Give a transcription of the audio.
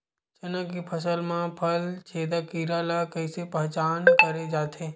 चना के फसल म फल छेदक कीरा ल कइसे पहचान करे जाथे?